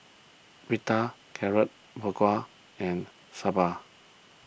Pita Carrot Halwa and Sambar